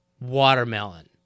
watermelon